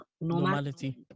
Normality